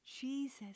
Jesus